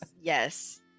Yes